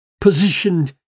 positioned